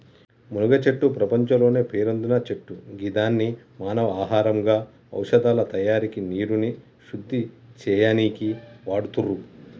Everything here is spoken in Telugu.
మునగచెట్టు ప్రపంచంలోనే పేరొందిన చెట్టు గిదాన్ని మానవ ఆహారంగా ఔషదాల తయారికి నీరుని శుద్ది చేయనీకి వాడుతుర్రు